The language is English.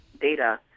data